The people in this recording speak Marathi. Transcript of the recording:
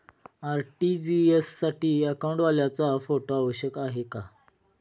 आर.टी.जी.एस साठी अकाउंटवाल्याचा फोटो आवश्यक आहे का?